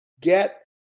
get